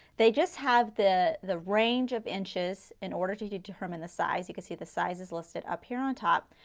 they just have the the range of inches in order to determine the size, you can see the sizes listed up here on top.